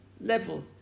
level